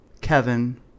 kevin